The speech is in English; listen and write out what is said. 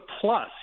plus